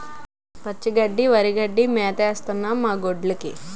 పచ్చి గడ్డి వరిగడ్డి మేతేస్తన్నం మాగొడ్డ్లుకి